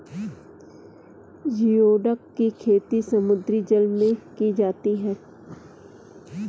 geoduck की खेती समुद्री जल में की जाती है